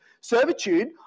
servitude